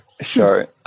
Sure